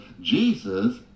Jesus